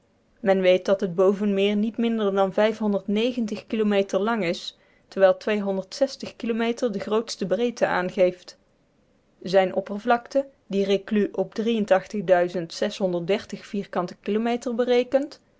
men weet dat het bovenmeer niet minder dan kilometer lang is terwijl kilometer de grootste breedte aangeeft zijne oppervlakte die reclus op vierkanten kilometer berekent